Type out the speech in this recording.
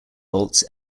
bolts